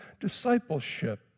discipleship